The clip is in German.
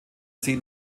see